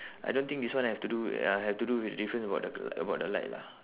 I don't think this one have to do uh have to do with difference about the about the light lah